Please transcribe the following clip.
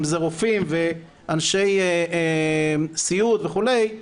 אם זה רופאים ואנשי סיעוד וכולי,